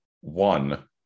One